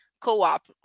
co-op